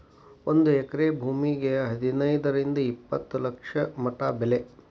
ಒಂದ ಎಕರೆ ಭೂಮಿಗೆ ಹದನೈದರಿಂದ ಇಪ್ಪತ್ತ ಲಕ್ಷ ಮಟಾ ಬೆಲೆ